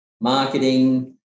marketing